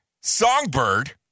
Songbird